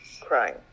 crying